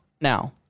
now